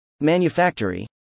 Manufactory